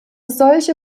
solche